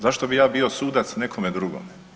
Zašto bi ja bio sudac nekome drugome?